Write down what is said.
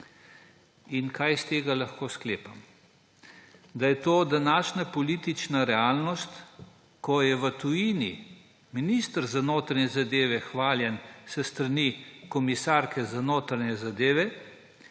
In kaj iz tega lahko sklepam? Da je to današnja politična realnost, ko je v tujini minister za notranje zadeve hvaljen s strani komisarke za notranje zadeve,